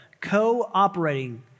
Co-operating